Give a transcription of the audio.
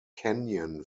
canyon